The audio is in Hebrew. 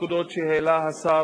שהתשובה של השר